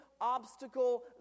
obstacle